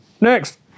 Next